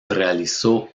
realizó